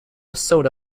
soda